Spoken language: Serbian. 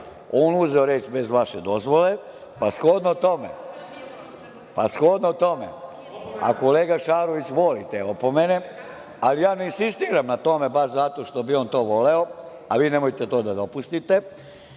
on uzeo reč bez vaše dozvole, pa shodno tome, a kolega Šarović voli te opomene, ali ja ne insistiram na tome baš zato što bi on to voleo, a vi nemojte to da dopustite,